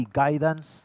guidance